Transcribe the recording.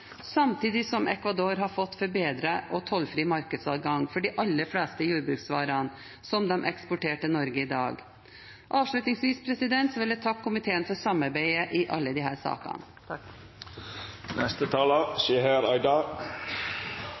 samtidig som Equador har fått forbedret og tollfri markedsadgang for de aller fleste jordbruksvarene som de eksporterer til Norge i dag. Avslutningsvis vil jeg takke komiteen for samarbeidet i alle disse sakene.